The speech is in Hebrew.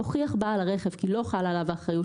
הוכיח בעל הרכב כי לא חלה עליו אחריות